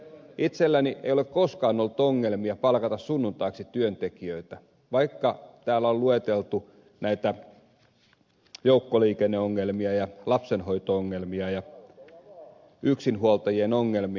itselläni ei ole koskaan ollut ongelmia palkata sunnuntaiksi työntekijöitä vaikka täällä on lueteltu näitä joukkoliikenneongelmia ja lapsenhoito ongelmia ja yksinhuoltajien ongelmia